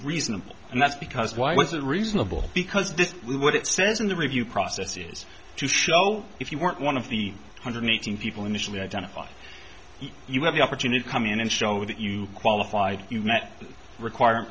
reasonable and that's because why wasn't reasonable because this is what it says in the review process is to show if you weren't one of the hundred eighteen people initially identified you have the opportunity to come in and show that you qualified you met requirement